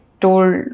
told